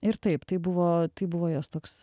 ir taip tai buvo tai buvo jos toks